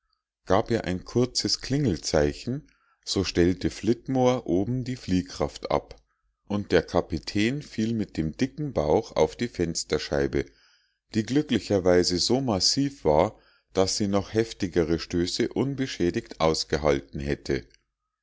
gab er ein kurzes klingelzeichen so stellte flitmore oben die fliehkraft ab und der kapitän fiel mit dem dicken bauch auf die fensterscheibe die glücklicherweise so massiv war daß sie noch heftigere stöße unbeschädigt ausgehalten hätte